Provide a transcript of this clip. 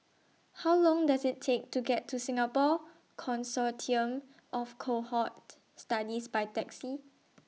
How Long Does IT Take to get to Singapore Consortium of Cohort Studies By Taxi